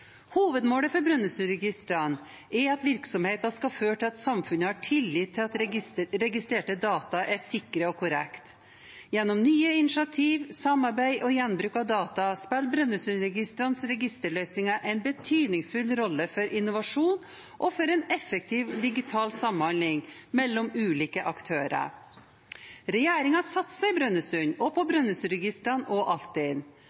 Hovedmålet for Brønnøysundregistrene er at virksomheten skal føre til at samfunnet har tillit til at registrerte data er sikre og korrekte. Gjennom nye initiativ, samarbeid og gjenbruk av data spiller Brønnøysundregistrenes registerløsninger en betydningsfull rolle for innovasjon og for en effektiv digital samhandling mellom ulike aktører. Regjeringen satser i Brønnøysund og på